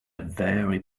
very